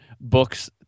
books